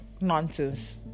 nonsense